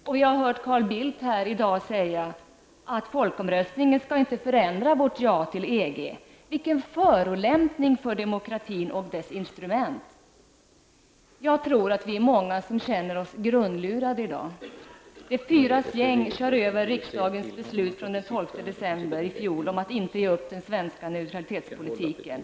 Jag har hört Carl Bildt säga här i dag att folkomröstningen inte skall förändra vårt ja till EG. Vilken förolämpning för demokratin och dess instrument! Jag tror att vi är många som känner oss grundlurade i dag. ''De fyras gäng'' kör över riksdagens beslut från den 12 december i fjol om att inte ge upp den svenska neutralitetspolitiken.